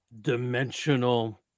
dimensional